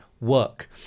work